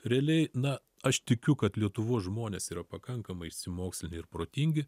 realiai na aš tikiu kad lietuvos žmonės yra pakankamai išsimokslinę ir protingi